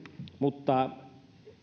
mutta